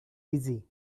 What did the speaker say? easy